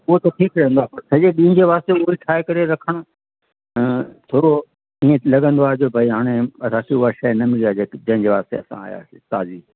उहो त ठीकु रहंदो आहे पर सॼे ॾींहं जे वास्ते उहो ई ठाहे करे रखण थोरो इअं लॻंदो आहे जो भई हाणे राति जो उहा ई शइ न मिली आहे जेकी जंहिंजे वास्ते असां आयासीं ताज़ी